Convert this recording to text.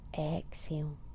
exhale